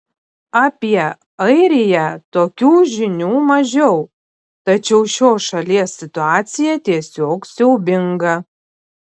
apie airiją tokių žinių mažiau tačiau šios šalies situacija tiesiog siaubinga